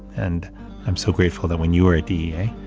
and i'm so grateful that when you were a dea,